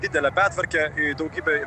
didelė bertvarkė į daugybė